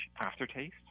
aftertaste